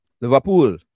Liverpool